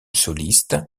soliste